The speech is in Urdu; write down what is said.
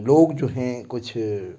لوگ جو ہیں کچھ